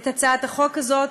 את הצעת החוק הזאת.